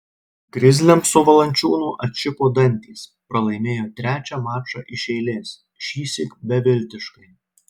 grizliams su valančiūnu atšipo dantys pralaimėjo trečią mačą iš eilės šįsyk beviltiškai